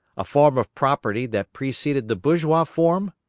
a form of property that preceded the bourgeois form?